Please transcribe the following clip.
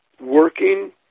working